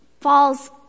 falls